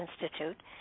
Institute